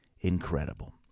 incredible